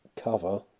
cover